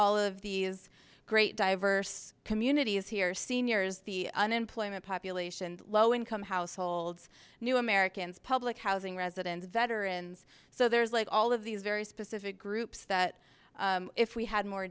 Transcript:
all of these great diverse communities here seniors the unemployment population low income households new americans public housing residents veterans so there's like all of these very specific groups that if we had more